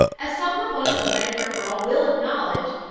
as some proponents of medicare for all will acknowledge,